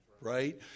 right